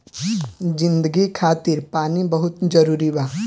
जिंदगी खातिर पानी बहुत जरूरी बा